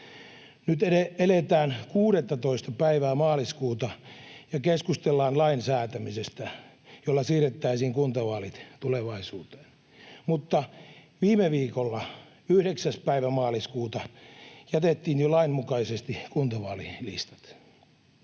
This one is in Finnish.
Nyt eletään 16. päivää maaliskuuta ja keskustellaan lain säätämisestä, jolla siirrettäisiin kuntavaalit tulevaisuuteen. Mutta viime viikolla, 9. päivä maaliskuuta, jätettiin jo lainmukaisesti kuntavaalilistat.